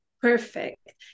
Perfect